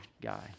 guy